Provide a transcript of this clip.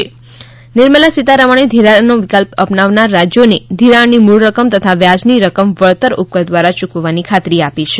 સુશ્રી સીતારમણે ઘિરાણનો વિકલ્પ અપનાવનાર રાજ્યોને ધિરાણની મૂળ રકમ તથા વ્યાજની રકમ વળતર ઉપકર દ્વારા ચૂકવવાની ખાતરી આપી છે